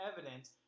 evidence